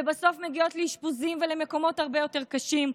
ובסוף מגיעות לאשפוזים ולמקומות הרבה יותר קשים,